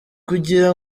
kugira